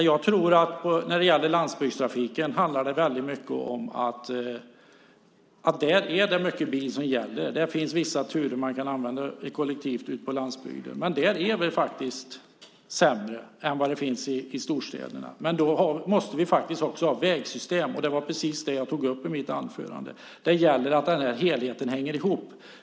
Herr talman! När det gäller landsbygdstrafiken är det mycket bil som gäller. Det finns vissa turer som man kan använda kollektivt ute på landsbygden, men det är faktiskt sämre än det som finns i storstäderna. Därför måste vi ha vägsystem, och det var det jag tog upp i mitt anförande. Det gäller att helheten hänger ihop.